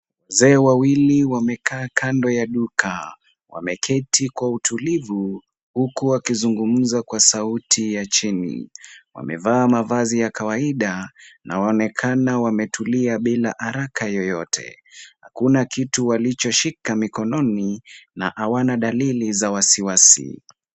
Wazee wawili wamekaa kando ya duka. Wameketi kwa utulivu, huku wakizungumza kwa sauti ya chini. Wamevaa mavazi ya kawaida, na wanekana wametulia bila haraka yoyote. Hakuna kitu walichoshika mikononi na hawana dalili za wasiwasi.